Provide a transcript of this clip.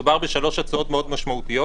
מדובר בשלוש הצעות מאוד משמעותיות.